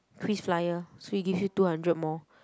Kris flyer so it give you two hundred more